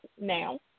now